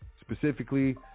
specifically